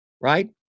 right